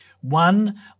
one